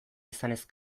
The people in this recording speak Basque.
izanez